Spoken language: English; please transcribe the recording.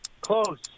Close